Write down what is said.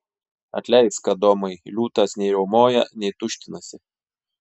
atleisk adomai liūtas nei riaumoja nei tuštinasi